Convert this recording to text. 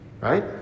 right